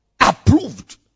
approved